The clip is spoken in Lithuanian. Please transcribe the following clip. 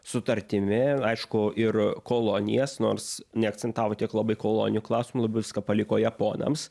sutartimi aišku ir kolonijas nors neakcentavo tiek labai kolonijų klausimo labiau viską paliko japonams